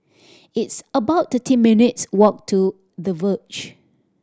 it's about thirty minutes' walk to The Verge